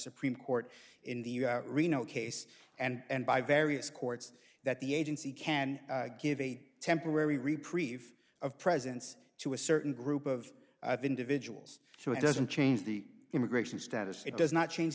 supreme court in the us reno case and by various courts that the agency can give a temporary reprieve of presence to a certain group of individuals so it doesn't change the immigration status it does not change